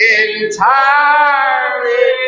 entirely